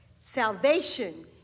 Salvation